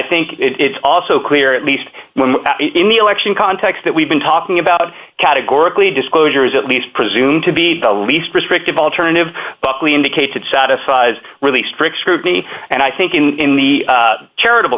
think it's also clear at least in the election context that we've been talking about categorically disclosure is at least presumed to be the least restrictive alternative but we indicate that satisfies really strict scrutiny and i think in the charitable